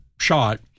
shot